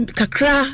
kakra